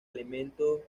elementos